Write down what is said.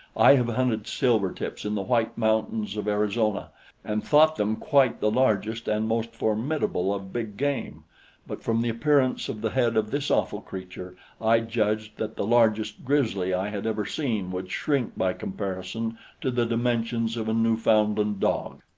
i have hunted silvertips in the white mountains of arizona and thought them quite the largest and most formidable of big game but from the appearance of the head of this awful creature i judged that the largest grizzly i had ever seen would shrink by comparison to the dimensions of a newfoundland dog.